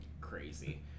crazy